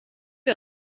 wir